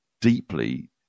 deeply